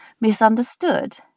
Misunderstood